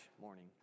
morning